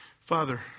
Father